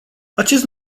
acest